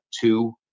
two